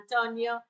Antonio